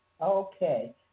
Okay